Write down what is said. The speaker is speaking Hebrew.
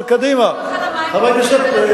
לא כשהייתי בממשלה.